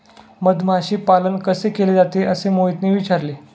मधमाशी पालन कसे केले जाते? असे मोहितने विचारले